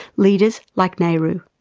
leaders like nehru.